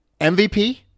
MVP